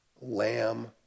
Lamb